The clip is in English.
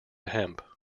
hemp